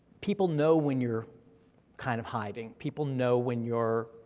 people know when you're kind of hiding, people know when you're